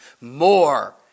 more